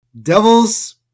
Devils